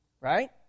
right